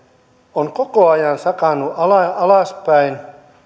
on koko ajan sakannut alaspäin